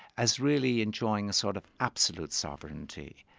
as really enjoying a sort of absolute sovereignty,